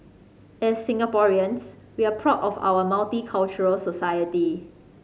as Singaporeans we're proud of our multicultural society